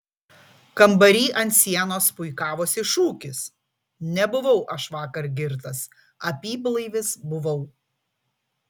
kambary ant sienos puikavosi šūkis nebuvau aš vakar girtas apyblaivis buvau